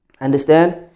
Understand